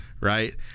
right